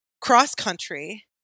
cross-country